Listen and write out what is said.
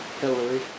Hillary